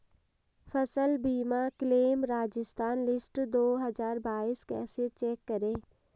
फसल बीमा claim Rajasthan list दो हज़ार बाईस कैसे चेक करें?